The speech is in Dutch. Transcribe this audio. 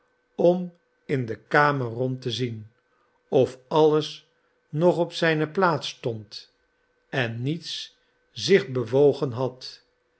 om in de kamer rond te zien of alles nog op zijne plaats stond en niets zich bewogen had